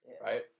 right